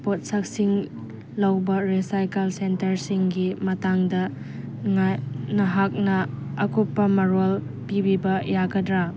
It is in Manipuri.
ꯄꯣꯠꯁꯛꯁꯤꯡ ꯂꯧꯕ ꯔꯤꯁꯥꯏꯀꯜ ꯁꯦꯟꯇꯔꯁꯤꯡꯒꯤ ꯃꯇꯥꯡꯗ ꯅꯍꯥꯛꯅ ꯑꯀꯨꯞꯄ ꯃꯔꯣꯜ ꯄꯤꯕꯤꯕ ꯌꯥꯒꯗ꯭ꯔꯥ